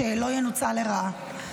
שלא ינוצל לרעה,